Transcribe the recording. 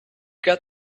got